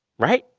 right?